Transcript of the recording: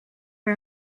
for